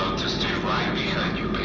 to stay right behind you,